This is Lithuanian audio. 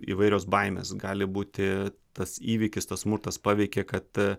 įvairios baimės gali būti tas įvykis tas smurtas paveikė kad